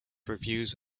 reviews